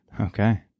Okay